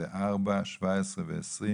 ו-(4), 17 ו-20